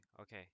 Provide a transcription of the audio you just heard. okay